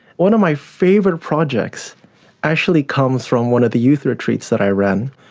one of my favourite projects actually comes from one of the youth retreats that i ran,